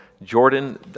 Jordan